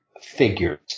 figures